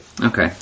okay